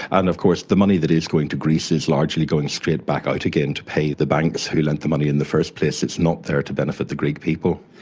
and of course the money that is going to greece is largely going straight back out again to pay the banks who lent the money in the first place, it is not there to benefit the greek people.